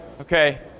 Okay